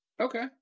Okay